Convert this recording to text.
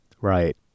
Right